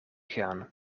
gaan